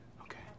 Okay